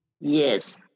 Yes